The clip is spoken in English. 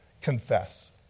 Confess